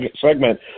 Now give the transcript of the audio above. segment